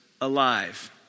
alive